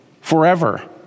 forever